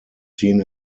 seen